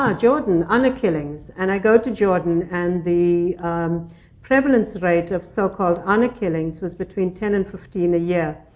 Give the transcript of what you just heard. ah jordan. honor killings. and i go to jordan, and the prevalence rate of so-called honor killings was between ten and fifteen a year.